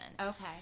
Okay